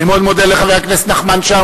אני מאוד מודה לחבר הכנסת נחמן שי,